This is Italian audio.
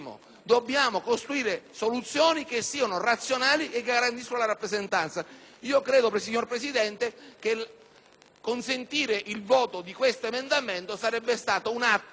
che consentire il voto di questo emendamento sarebbe stato un atto chiaro di assunzione di responsabilità con cui i miei colleghi parlamentari, per quanto vincolati alle regole